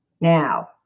Now